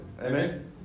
Amen